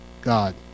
God